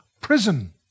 prison